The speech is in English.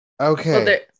Okay